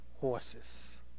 horses